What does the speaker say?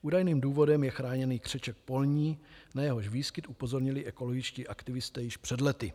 Údajným důvodem je chráněný křeček polní, na jehož výskyt upozornili ekologičtí aktivisté již před lety.